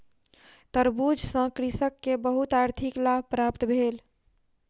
तरबूज सॅ कृषक के बहुत आर्थिक लाभ प्राप्त भेल